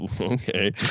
Okay